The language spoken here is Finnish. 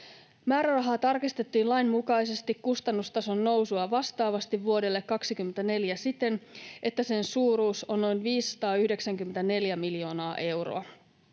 Määrärahaa tarkistettiin lain mukaisesti kustannustason nousua vastaavasti vuodelle 24 siten, että sen suuruus on noin 594 miljoonaa euroa.